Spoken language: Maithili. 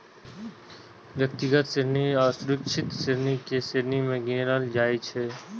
व्यक्तिगत ऋण असुरक्षित ऋण के श्रेणी मे गिनल जाइ छै